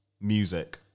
music